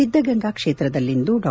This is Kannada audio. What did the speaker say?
ಸಿದ್ದಗಂಗಾ ಕ್ಷೇತ್ರದಲ್ಲಿಂದು ಡಾ